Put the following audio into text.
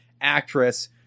actress